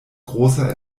großer